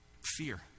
Fear